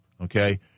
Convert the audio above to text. okay